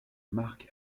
marc